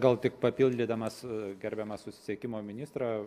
gal tik papildydamas gerbiamą susisiekimo ministrą